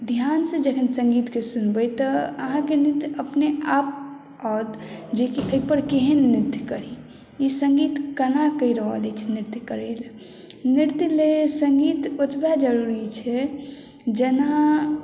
ध्यान से जखन संगीत के सुनबै तऽ अहाँके नृत्य अपने आप आओत जे ओइपर केहन नृत्य करी ई संगीत कना कहि रहल अछि नृत्य करै ले नृत्य लेल संगीत ओतबए जरुरी छै जेना